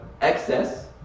excess